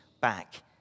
back